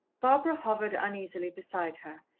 barbara hovered uneasily beside her,